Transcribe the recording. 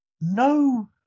No